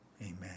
amen